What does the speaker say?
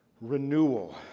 renewal